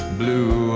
blue